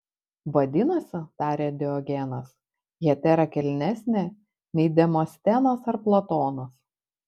vadinasi tarė diogenas hetera kilnesnė nei demostenas ar platonas